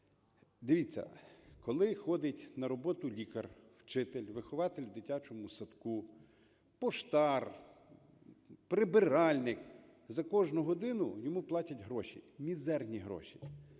Дивіться, коли ходить на роботу лікар, вчитель, вихователь в дитячому садку, поштар, прибиральник, за кожну годину йому платять гроші, мізерні гроші.